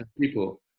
people